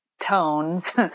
tones